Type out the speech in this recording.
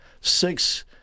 six